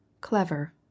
clever